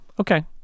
Okay